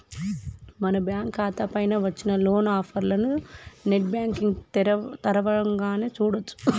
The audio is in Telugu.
మన బ్యాంకు ఖాతా పైన వచ్చిన లోన్ ఆఫర్లను నెట్ బ్యాంకింగ్ తరవంగానే చూడొచ్చు